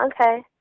okay